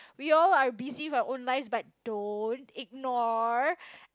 we all are busy with our own lives but don't ignore